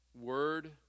word